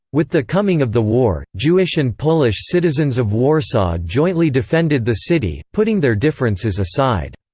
with the coming of the war, jewish and polish citizens of warsaw jointly defended the city, putting their differences aside.